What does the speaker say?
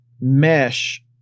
mesh